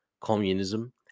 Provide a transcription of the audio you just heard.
communism